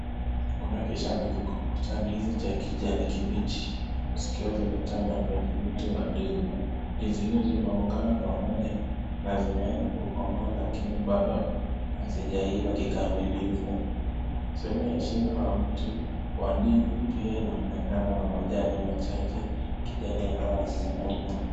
Kuna kishanda kikubwa cha ndizi cha kijani kibichi zikiwa zimetanda kwenye mti wa ndizi. Ndizi hizi zimeungana pamoja na zimeanza kukomaa lakini bado hazijaiva kikamilifu. Sehemu ya chini ya mti wa ndizi pia inaonekana na majani machache kijani yanayooneka leo.